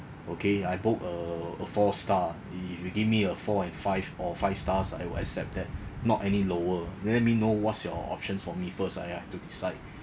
okay I book a a four star if you give me a four and five or five stars ah I will accept that not any lower let me know what's your option for me first I I have to decide